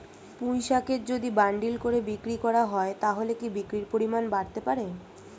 পুঁইশাকের যদি বান্ডিল করে বিক্রি করা হয় তাহলে কি বিক্রির পরিমাণ বাড়তে পারে?